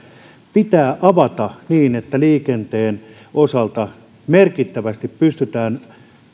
pitää avata niin että liikenteen osalta pystytään merkittävästi